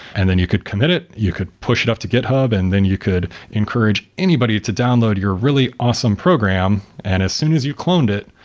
and then you could commit it, you could push it up to github and then you could encourage anybody to download your really awesome program. and as soon as you cloned it,